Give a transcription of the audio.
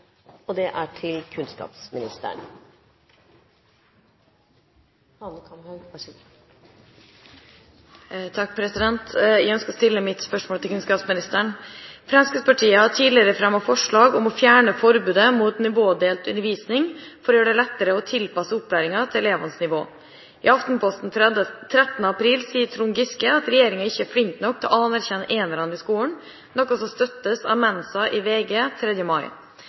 og at en derfor, som jeg sa, mener at en i SAS best kan møte dette med å finne en industriell partner på eiersiden. Dette spørsmålet bortfaller fordi spørreren ikke er til stede. Jeg ønsker å stille mitt spørsmål til kunnskapsministeren: «Fremskrittspartiet har tidligere fremmet forslag om å fjerne forbudet mot nivådelt undervisning for å gjøre det enklere å tilpasse opplæringen til elevenes nivå. I Aftenposten 13. april sier Trond Giske at regjeringen ikke er flink til å anerkjenne enerne i skolen,